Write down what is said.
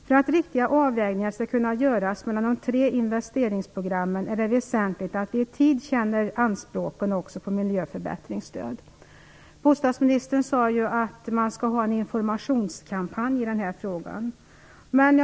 För att riktiga avvägningar skall kunna göras mellan de tre investeringsprogrammen är det väsentligt att vi i tid känner anspråken också på miljöförbättringsstöd. Bostadsministern sade ju att man skall ha en informationskampanj i den här frågan.